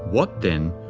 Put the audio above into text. what, then,